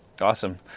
awesome